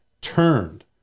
turned